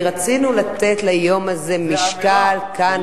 כי רצינו לתת ליום הזה משקל כאן,